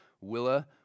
Willa